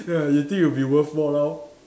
ah you think you'll be worth more now